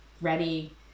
ready